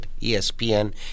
ESPN